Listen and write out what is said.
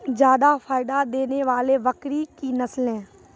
जादा फायदा देने वाले बकरी की नसले?